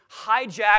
hijacked